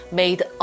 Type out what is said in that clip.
made